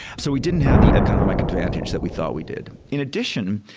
so we didn't have the economic advantage that we thought we did. in addition,